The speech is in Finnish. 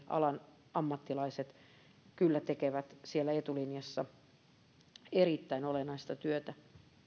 alan ammattilaiset kyllä tekevät siellä etulinjassa erittäin olennaista työtä